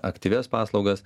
aktyvias paslaugas